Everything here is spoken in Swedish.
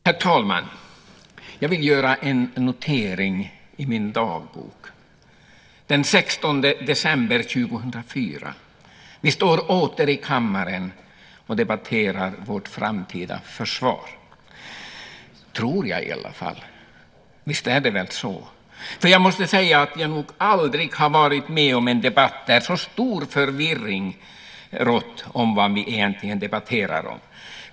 Herr talman! Jag vill göra en notering i min dagbok. Den 16 december 2004: Vi står åter i kammaren och debatterar vårt framtida försvar - tror jag i alla fall. Visst är det väl så? Jag måste säga att jag nog aldrig har varit med om en debatt där så stor förvirring rått om vad vi egentligen debatterar.